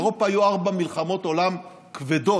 באירופה היו ארבע מלחמות עולם כבדות,